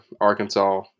Arkansas